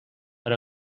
per